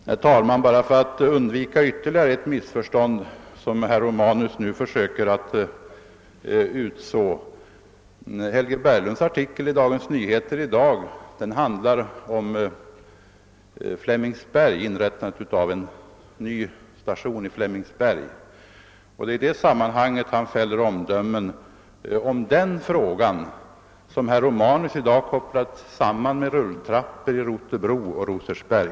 Herr talman! För att undvika det ytterligare missförstånd herr Romanus nu försöker ge upphov till vill jag säga att Helge Berglunds artikel i Dagens Nyheter i dag handlar om inrättandet av en ny station i Flemingsberg. Det är i det sammanhanget han fäller sitt omdöme, vilket herr Romanus i dag kopplar samman med frågan om rulltrappor i Rotebro och Rosersberg.